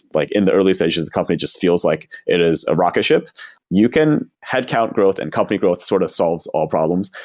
like in the early stages the company just feels like it is a rocket ship you can headcount growth and company growth sort of solves all problems,